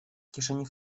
kieszeni